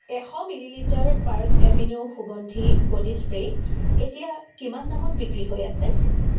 এশ millilitre Park Avenue সুগন্ধি body spray এতিয়া কিমান দামত বিক্ৰী হৈ আছে